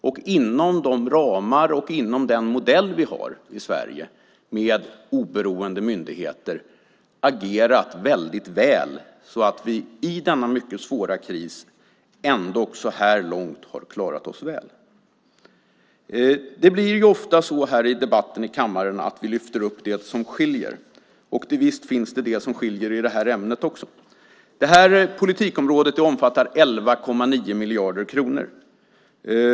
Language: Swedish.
De har inom de ramar och inom den modell vi har i Sverige med oberoende myndigheter agerat väldigt väl, så att vi i denna mycket svåra kris ändock så här långt har klarat oss väl. Det blir ofta så i debatten här i kammaren att vi lyfter upp det som skiljer, och visst finns det sådant som skiljer i det här ämnet också. Det här politikområdet omfattar 11,9 miljarder kronor.